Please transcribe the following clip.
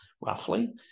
roughly